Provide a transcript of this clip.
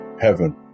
heaven